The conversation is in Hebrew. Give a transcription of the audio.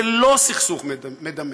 ולא סכסוך מדמם.